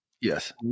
Yes